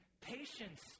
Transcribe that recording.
patience